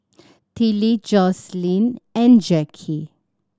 Tillie Joslyn and Jackie